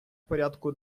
порядку